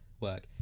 work